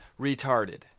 retarded